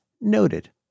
noted